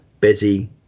busy